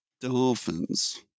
Dolphins